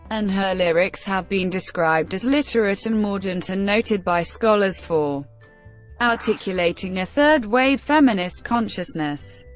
and her lyrics have been described as literate and mordant and noted by scholars for articulating a third-wave feminist consciousness.